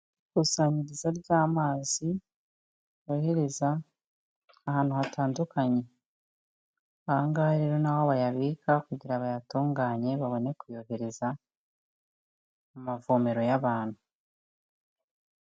Ikusanyirizo ry'amazi yohereza ahantu hatandukanye, aha ngaha rero ni aho bayabika kugira bayatunganye, babone kuyohereza mu mavomero y'abantu.